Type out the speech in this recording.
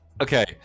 Okay